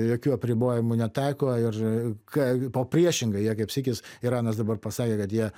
jokių apribojimų netaiko ir ką o priešingai jie kaip sykis iranas dabar pasakė kad jie